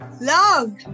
love